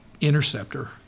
interceptor